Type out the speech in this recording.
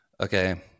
Okay